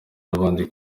n’abandi